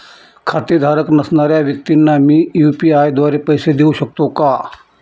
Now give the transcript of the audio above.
खातेधारक नसणाऱ्या व्यक्तींना मी यू.पी.आय द्वारे पैसे देऊ शकतो का?